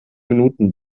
minuten